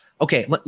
Okay